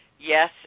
Yes